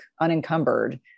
unencumbered